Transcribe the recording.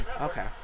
Okay